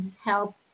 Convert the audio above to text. help